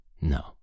no